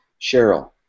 Cheryl